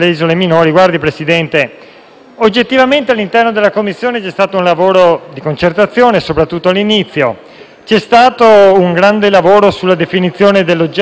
oggettivamente all'interno della Commissione c'è stato un lavoro di concertazione, Presidente, soprattutto all'inizio. C'è stato un grande lavoro sulla definizione dell'oggetto e sulle finalità del disegno